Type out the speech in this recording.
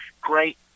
great